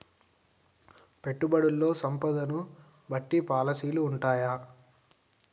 పెట్టుబడుల్లో సంపదను బట్టి పాలసీలు ఉంటయా?